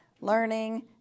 learning